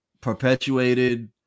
perpetuated